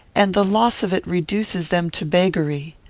and the loss of it reduces them to beggary.